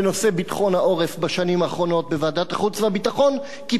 העורף בשנים האחרונות בוועדת החוץ והביטחון: "כיפת ברזל".